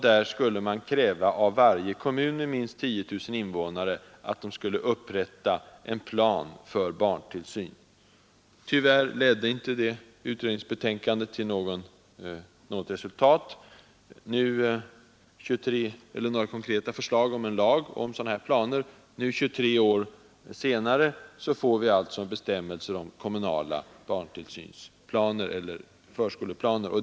Där skulle krävas att varje kommun med minst 10 000 invånare skulle upprätta en plan för barntillsyn. Tyvärr ledde inte utredningsbetänkandet till några konkreta förslag om en sådan lag. Nu, 23 år senare, får vi alltså bestämmelser om kommunala förskoleplaner.